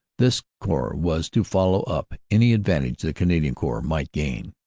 this corps was to follow up any advantage the canadian corps might gain.